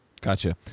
Gotcha